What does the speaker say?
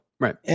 Right